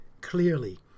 Clearly